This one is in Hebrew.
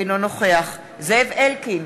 אינו נוכח זאב אלקין,